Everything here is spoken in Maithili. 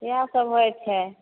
इएहा सब होइ छै